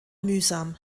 mühsam